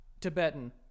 Tibetan